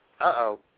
Uh-oh